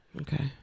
Okay